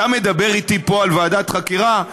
אתה מדבר איתי פה על ועדת חקירה?